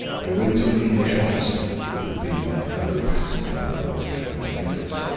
i went to an english officer who had been my fellow-passenger on the voyage from barbadoes.